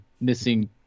Missing